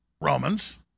Romans